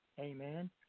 Amen